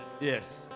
Yes